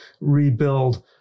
rebuild